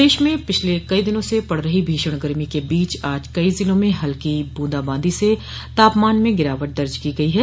प्रदश में पिछले कई दिनों से पड़ रही भीषण गर्मी के बीच आज कई ज़िलों में हुई हल्की बूंदा बांदी से तापमान में गिरावट दर्ज़ की गयी है